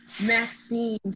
Maxine